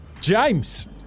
James